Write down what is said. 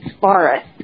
forest